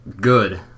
good